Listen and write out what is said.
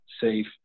safe